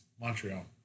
Montreal